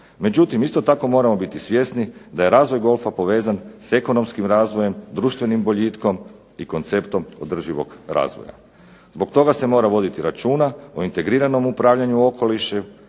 Međutim isto tako moramo biti svjesni da je razvoj golfa povezan s ekonomskim razvojem, društvenim boljitkom i konceptom održivog razvoja. Zbog toga se mora voditi računa o integriranom upravljanju okoliša,